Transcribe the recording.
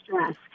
stress